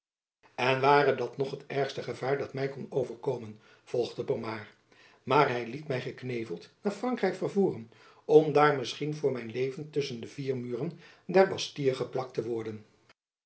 en ware dat nog het ergste gevaar dat my kon overkomen vervolgde pomard maar hy liet my gekneveld naar frankrijk vervoeren om daar misschien voor mijn leven tusschen de vier muren der bastille geplakt te worden